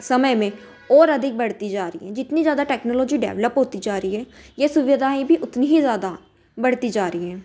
समय में और अधिक बढ़ती जा रही है जितनी ज़्यादा टेक्नोलॉजी डेवलप होती जा रही है यह सुविधाएँ भी उतनी ही ज़्यादा बढ़ती जा रही हैं